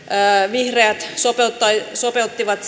vihreät sopeuttivat